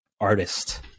artist